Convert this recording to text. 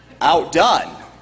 outdone